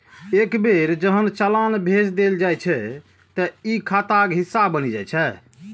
एक बेर जहन चालान भेज देल जाइ छै, ते ई खाताक हिस्सा बनि जाइ छै